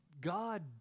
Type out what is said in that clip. God